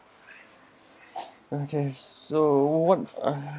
okay so what ah